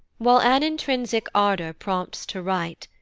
while an intrinsic ardor prompts to write,